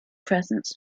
presence